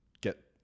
get